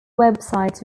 websites